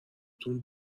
تون